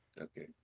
Okay